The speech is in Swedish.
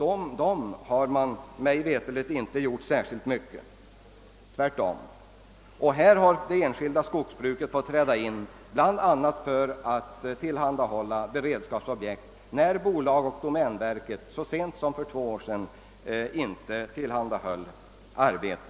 För dem har man mig veterligt inte gjort särskilt mycket, tvärtom. Här har det enskilda skogsbruket fått träda in för att bl.a. tillhandahålla beredskapsobjekt, medan bolagen och domänverket så sent som för två år sedan inte kunde erbjuda något sådant arbete.